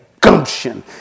gumption